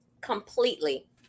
completely